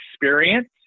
experience